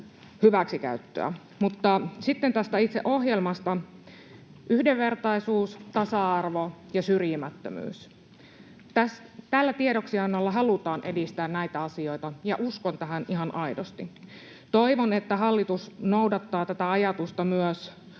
hyväksikäyttöä. Mutta sitten tästä itse ohjelmasta: Yhdenvertaisuus, tasa-arvo ja syrjimättömyys. Tällä tiedoksiannolla halutaan edistää näitä asioita, ja uskon tähän ihan aidosti. Toivon, että hallitus noudattaa tätä ajatusta myös